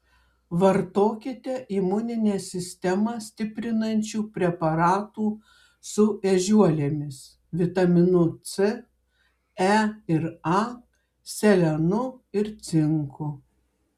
vartokite imuninę sistemą stiprinančių preparatų su ežiuolėmis vitaminu c e ir a selenu ir cinku